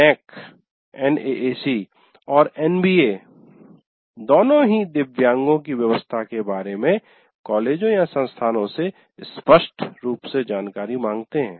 NAAC और NBA दोनों ही दिव्यांगों की व्यवस्था के बारे में कॉलेजोंसंस्थानों से स्पष्ट रूप से जानकारी मांगते हैं